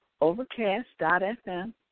Overcast.fm